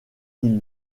qui